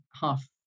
half